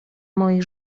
moi